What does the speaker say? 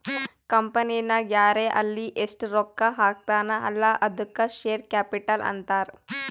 ಕಂಪನಿನಾಗ್ ಯಾರೇ ಆಲ್ಲಿ ಎಸ್ಟ್ ರೊಕ್ಕಾ ಹಾಕ್ತಾನ ಅಲ್ಲಾ ಅದ್ದುಕ ಶೇರ್ ಕ್ಯಾಪಿಟಲ್ ಅಂತಾರ್